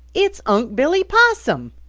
it's unc' billy possum!